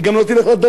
היא גם לא תלך לדרום,